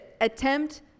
attempt